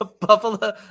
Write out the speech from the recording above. Buffalo